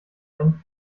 einen